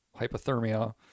hypothermia